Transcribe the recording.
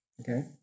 Okay